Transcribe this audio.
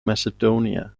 macedonia